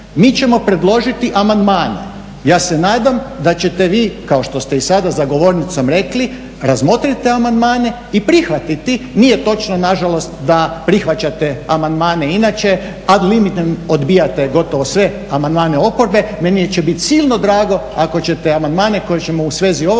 mi ćemo predložiti amandmane. Ja se nadam da ćete vi kao što ste i sada za govornicom rekli razmotriti te amandmane i prihvatiti. Nije točno na žalost da prihvaćate amandmane inače, ad limidem odbijate gotovo sve amandmane oporbe. Meni će biti silno drago ako ćete amandmane koje ćemo u svezi ovog